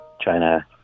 China